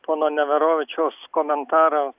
pono neverovičiaus komentaro